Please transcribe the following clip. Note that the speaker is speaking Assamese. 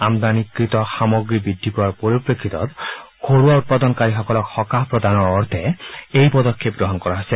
আমদানিকৃত সামগ্ৰী বৃদ্ধি পোৱাৰ পৰিপ্ৰেক্ষিতত ঘৰুৱা উৎপাদনকাৰীসকলক সকাহ প্ৰদানৰ অৰ্থে এই পদক্ষেপ গ্ৰহণ কৰা হৈছে